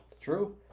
True